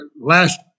last